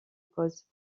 cause